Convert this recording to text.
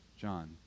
John